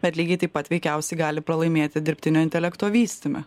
bet lygiai taip pat veikiausiai gali pralaimėti dirbtinio intelekto vystyme